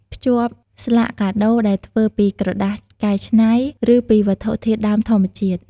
ភ្ជាប់ ស្លាកកាដូរដែលធ្វើពីក្រដាសកែច្នៃ ឬពីវត្ថុធាតុដើមធម្មជាតិ។